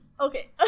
okay